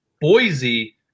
Boise